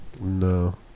No